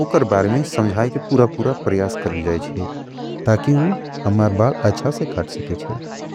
उकर बारे में संझाय के पूरा पूरा परियास कर ले जाएँचे। ताकि हमार बाल अच्छा से काट सकेचे।